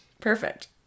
Perfect